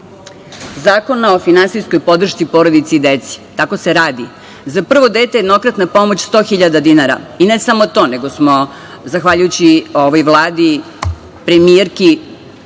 Zakona o finansijskoj podršci porodici i deci, tako se radi. Za prvo dete jednokratna pomoć 100.000 dinara i ne samo to, nego smo zahvaljujući ovoj Vladi, premijerki,